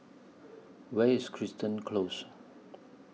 Where IS Crichton Close